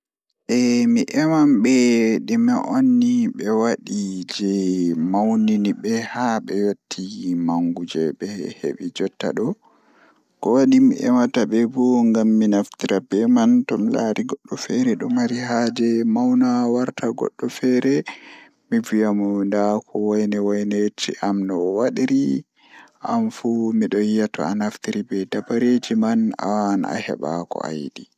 Eh mi eman ɓe ɗume onni ɓe waɗi jei mawnini ɓe haa ɓe yotti Mangu jei ɓe woni jonta, Do ko wadi mi emata ɓe bo ngam mi naftira be man tomi laari goɗɗo feere ɗon mari haaje mauna warta goɗɗo feere miviya nda ko waine waine yecci am waɗiri anfu miɗon yi'a to anaftiri be dabareeji man awawan aheɓa ko ayiɗi.